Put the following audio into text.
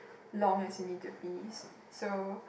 long as you need to piss so